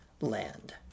land